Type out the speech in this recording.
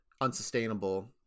unsustainable